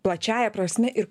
plačiąja prasme ir